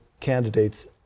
candidates